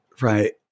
right